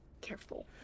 careful